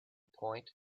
point